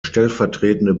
stellvertretende